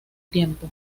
tiempo